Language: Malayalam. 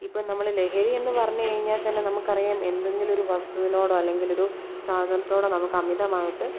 ഇപ്പോൾ നമ്മൾ ലഹരിയെന്നുപറഞ്ഞു കഴിഞ്ഞാൽത്തന്നെ നമുക്കറിയാം എന്തെങ്കിലൊരു വസ്തുവിനോടൊ അല്ലെങ്കിൽ ഒരു സാധനത്തോടൊ നമുക്ക് അമിതമായിട്ട്